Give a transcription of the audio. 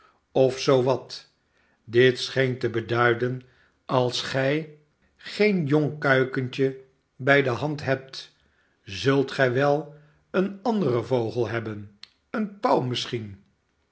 of zoo wat dit scheen te beduiden als gij geen jong kuikentje bij de hand hebt zult gij wel een anderen vogel hebben een pauw misschien